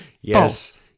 Yes